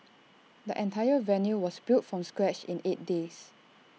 the entire venue was built from scratch in eight days